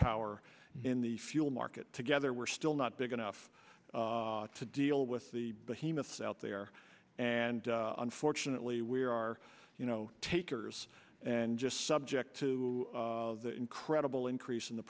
power in the fuel market together we're still not big enough to deal with the behemoth out there and unfortunately we are you know takers and just subject to the incredible increase in the